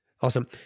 Awesome